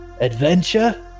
adventure